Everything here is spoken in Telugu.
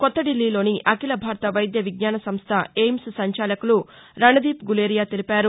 కొత్త దిల్లీలోని అఖీల భారత వైద్య విజ్ఞాన సంస్ద ఎయిమ్స్ సంచాలకులు రణదీప్ గులేరియా తెలిపారు